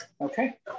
Okay